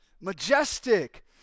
majestic